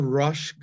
rush